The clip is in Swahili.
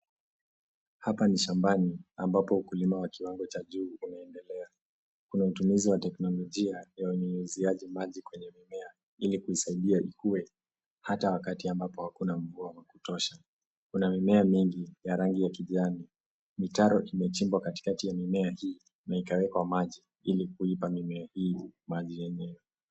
Hapa ni shambani ambapo ukulima wa kiwango cha juu unaendelea. Kuna matumizi ya teknolojia ya unyunyizuaji maji kwenye mimea ili kuisaidia ikue hata wakati ambapo hakuna mvua ya kutosha. Kuna mimea mingi ya rangi ya kijani. Mitaro imechimbwa katikati ya mimea hii na ikawekwa maji ili kuipa mimea hii maji yenyewe.